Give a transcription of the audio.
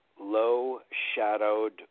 low-shadowed